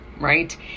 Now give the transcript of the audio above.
right